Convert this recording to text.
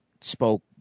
spoke